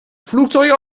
flugzeuge